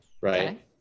right